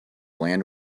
land